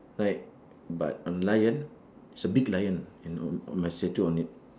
ride but on lion is a big lion and on on my statue on it